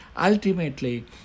Ultimately